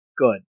good